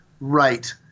Right